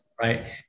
right